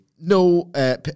No